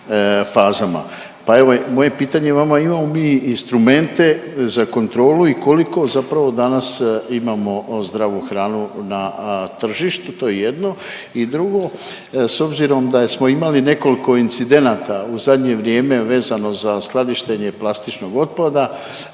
moje pitanje vama je imamo mi instrumente za kontrolu i koliko zapravo danas imamo zdravu hranu na tržištu? To je jedno i drugo s obzirom da smo imali nekoliko incidenata u zadnje u vrijeme vezano za skladištenje plastičnog otpada